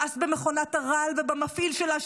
מאס במכונת הרעל ובמפעיל שלה,